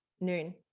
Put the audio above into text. noon